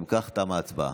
אם כך, תמה ההצבעה.